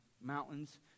mountains